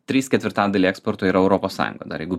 trys ketvirtadaliai eksporto yra europos sąjunga dar jeigu